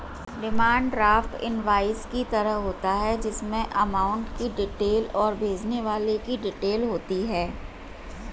demand draft invoice की तरह होता है जिसमे अमाउंट की डिटेल और भेजने वाले की डिटेल होती है